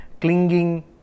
clinging